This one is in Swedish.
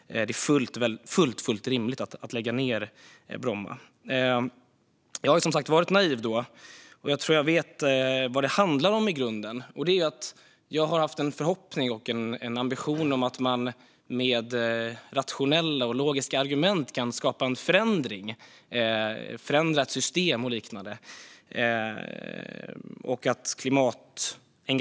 Det är fullt rimligt att lägga ned Bromma. Jag har som sagt varit naiv. Jag tror att jag vet vad det i grunden handlar om, nämligen att jag har haft en förhoppning och en ambition om att man med rationella och logiska argument kan skapa en förändring och ett förändrat system.